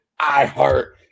iHeart